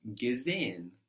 gesehen